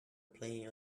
playing